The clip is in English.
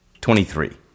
Twenty-three